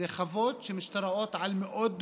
זה חוות שמשתרעות על מאות דונמים,